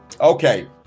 Okay